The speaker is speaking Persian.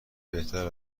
بهتر